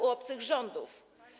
u obcych rządów.